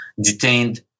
detained